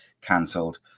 cancelled